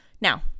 Now